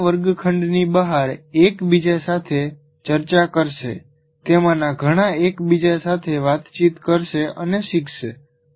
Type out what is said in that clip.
વિદ્યાર્થીઓ વર્ગખંડની બહાર એકબીજા સાથે ચર્ચા કરશે તેમાંના ઘણા એકબીજા સાથે વાતચીત કરશે અને શીખશે